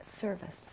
service